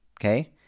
okay